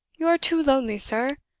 you're too lonely, sir.